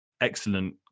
excellent